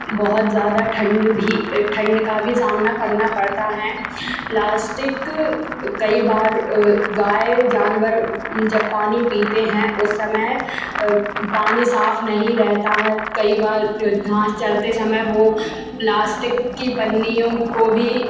बहुत जादा ठण्ड भी ठण्ड का भी सामना करना पड़ता हैं प्लास्टिक कई बार गाय जानवर जब पानी पीते हैं उस समय पानी साफ़ नहीं रहता है कई बार घाँस चरते समय वो प्लास्टिक की पन्नियों को भी